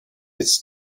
its